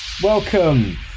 Welcome